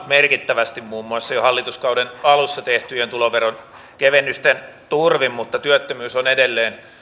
merkittävästi muun muassa jo hallituskauden alussa tehtyjen tuloveronkevennysten turvin mutta työttömyys on edelleen